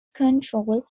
control